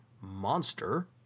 monster